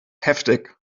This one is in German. heftig